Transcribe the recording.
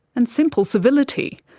and simple civility.